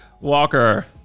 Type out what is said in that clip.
Walker